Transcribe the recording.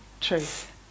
truth